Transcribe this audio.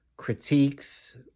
critiques